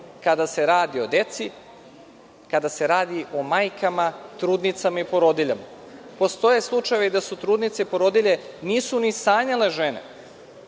kada se radi o deci, majkama, trudnicama i porodiljama. Postoje slučajevi da trudnice i porodilje nisu ni sanjale da